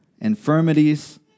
infirmities